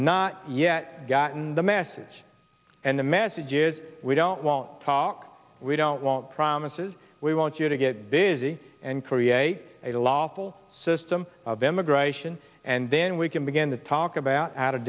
not yet gotten the message and the message is we don't won't talk we don't want promises we want you to get busy and create a lawful system of immigration and then we can begin to talk about how to